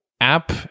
App